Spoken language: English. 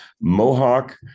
Mohawk